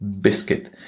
Biscuit